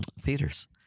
theaters